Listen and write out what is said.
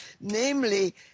Namely